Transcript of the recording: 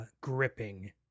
gripping